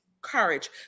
courage